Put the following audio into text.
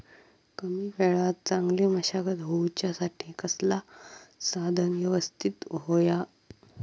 कमी वेळात चांगली मशागत होऊच्यासाठी कसला साधन यवस्तित होया?